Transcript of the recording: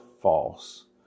false